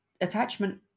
attachment